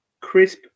Crisp